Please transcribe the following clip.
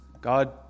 God